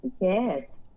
Yes